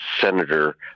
Senator